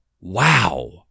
Wow